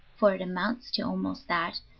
for it amounts to almost that,